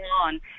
on